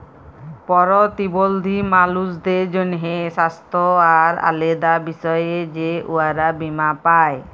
পরতিবল্ধী মালুসদের জ্যনহে স্বাস্থ্য আর আলেদা বিষয়ে যে উয়ারা বীমা পায়